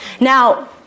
Now